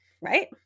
right